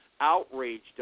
outraged